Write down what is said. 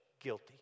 guilty